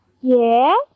Yes